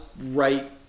right